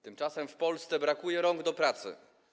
Tymczasem w Polsce brakuje rąk do pracy.